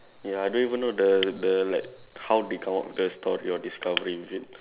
ya I don't even know the the like how they come up with the story of discovering it